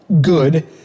good